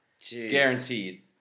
Guaranteed